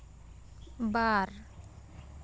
ᱵᱟᱨ